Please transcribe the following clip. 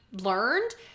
learned